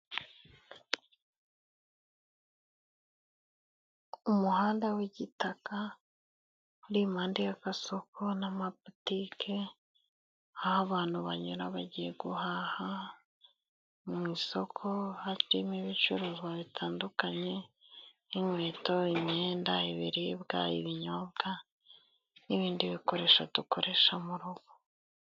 Umuhanda w'igitaka, uri impande y'agasoko n'amabutike, aho abantu banyura bagiye guhaha, mu isoko harimo ibicuruzwa bitandukanye, nk'inkweto, imyenda, ibiribwa, ibinyobwa, n'ibindi bikoresho dukoresha mu rugo.